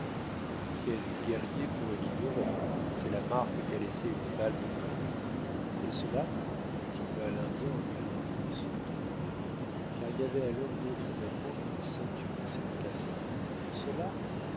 quel guerrier pourrait l'ignorer c'est la marque qu'a laissée une balle de plomb et cela continua l'indien en lui montrant son dos nu car il n'avait alors d'autre vêtement qu'une ceinture et ses mocassins cela